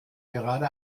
gerade